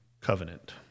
covenant